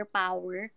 power